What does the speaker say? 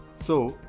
so,